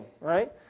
right